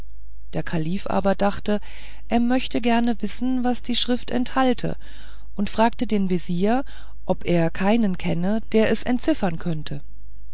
aber dachte er möchte gerne wissen was die schrift enthalte und fragte den vezier ob er keinen kenne der es entziffern könnte